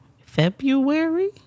February